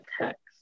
text